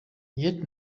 yet